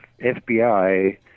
FBI –